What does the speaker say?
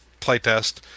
playtest